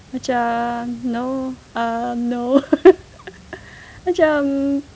macam no err no macam